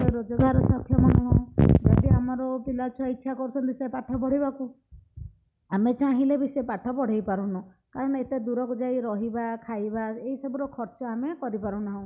ଏତେ ରୋଜଗାର ସକ୍ଷମ ନୁହେଁ ଯଦି ଆମର ପିଲା ଛୁଆ ଇଛା କରୁଛନ୍ତି ସେ ପାଠ ପଢ଼ିବାକୁ ଆମେ ଚାହିଁଲେ ବି ସେ ପାଠ ପଢ଼ାଇ ପାରୁନୁ କାହିଁକି ନା ଏତେ ଦୂରକୁ ଯାଇଁ ରହିବା ଖାଇବା ଏଇସବୁର ଖର୍ଚ୍ଚ ଆମେ କରିପାରୁ ନାହୁଁ